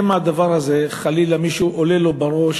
שמא הדבר הזה חלילה מישהו עולה לו בראש,